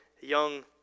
young